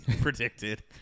predicted